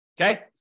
Okay